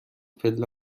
پله